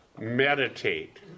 meditate